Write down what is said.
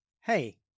Hey